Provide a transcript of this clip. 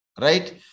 right